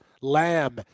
lamb